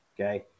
Okay